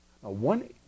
one